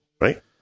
Right